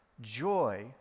Joy